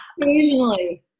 occasionally